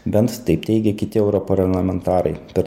bent taip teigia kiti europarlamentarai per